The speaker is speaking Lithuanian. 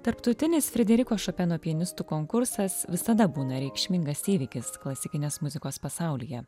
tarptautinis frederiko šopeno pianistų konkursas visada būna reikšmingas įvykis klasikinės muzikos pasaulyje